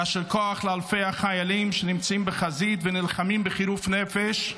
יישר כוח לאלפי החיילים שנמצאים בחזית ונלחמים בחירוף נפש,